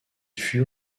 fut